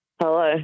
Hello